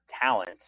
talent